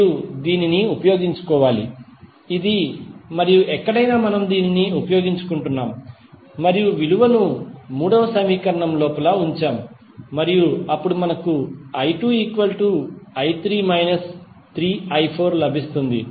మీరు దీనిని ఉపయోగించుకోవాలి ఇది మరియు ఎక్కడైనా మనము దీనిని ఉపయోగించుకున్నాము మరియు ఈ విలువను 3వ సమీకరణం లోపల ఉంచాము మరియు అప్పుడు మనకుi2i3 3i4లభిస్తుంది